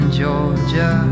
georgia